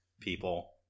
people